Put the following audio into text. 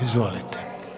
Izvolite.